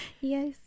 Yes